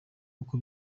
uko